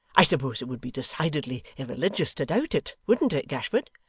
i suppose it would be decidedly irreligious to doubt it wouldn't it, gashford?